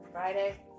Friday